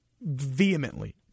vehemently